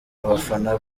abafana